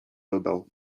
dodał